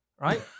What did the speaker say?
Right